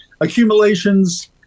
Accumulations